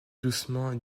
doucement